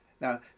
Now